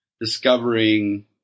discovering